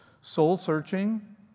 soul-searching